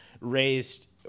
raised